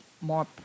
more